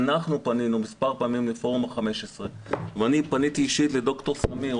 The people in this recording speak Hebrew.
אנחנו פנינו מספר פעמים לפורום ה-15 ואני פניתי אישית לד"ר סמיר,